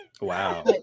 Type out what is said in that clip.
Wow